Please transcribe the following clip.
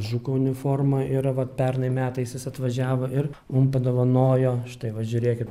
žuko uniforma yra vat pernai metais jis atvažiavo ir mum padovanojo štai va žiūrėkit